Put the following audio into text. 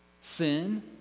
sin